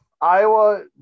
Iowa